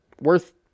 worth